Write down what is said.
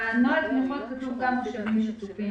בנוהל התמיכות כתוב גם יישובים שיתופיים